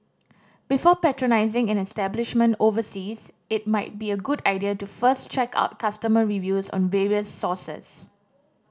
before patronising an establishment overseas it might be a good idea to first check out customer reviews on various sources